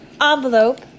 Envelope